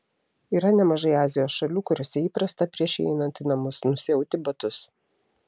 yra nemažai azijos šalių kuriose įprasta prieš įeinant į namus nusiauti batus